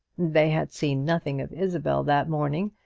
they had seen nothing of isabel that morning,